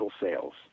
sales